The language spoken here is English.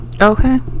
Okay